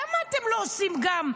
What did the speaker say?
למה אתם לא עושים גם,